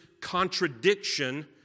contradiction